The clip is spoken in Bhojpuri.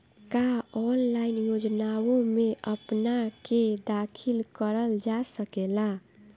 का ऑनलाइन योजनाओ में अपना के दाखिल करल जा सकेला?